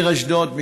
העיר אשדוד.